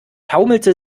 taumelte